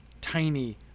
tiny